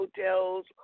hotels